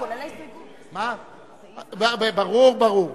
אורי, ברור, ברור.